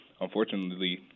unfortunately